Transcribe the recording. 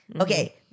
Okay